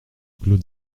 clos